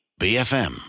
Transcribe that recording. BFM